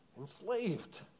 Enslaved